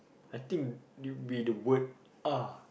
I think it'll be the word ah